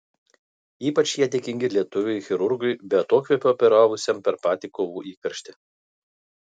ypač jie dėkingi lietuviui chirurgui be atokvėpio operavusiam per patį kovų įkarštį